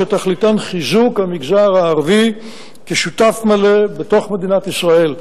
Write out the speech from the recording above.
שתכליתן חיזוק המגזר הערבי כשותף מלא בתוך מדינת ישראל.